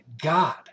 God